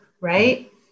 right